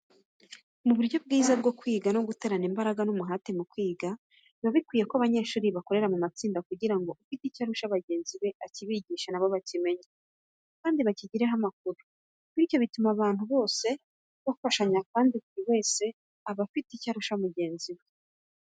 Mu buryo bwo kwiga neza no guterana imbaraga n'umuhate mu kwiga, biba bikwiye ko abanyeshuri bakorera mu matsinda kugira ngo ufite icyo arusha bagenzi be akibigishe na bo bakimenye, kandi bakigireho amakuru, bityo bituma abantu bose bafashanya kuko buri wese aba afite icyo arusha mugenzi we.